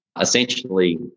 essentially